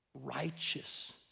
righteous